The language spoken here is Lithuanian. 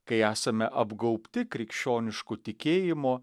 kai esame apgaubti krikščionišku tikėjimu